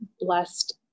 blessed